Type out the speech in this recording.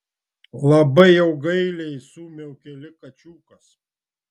labai jau gailiai sumiaukė lyg kačiukas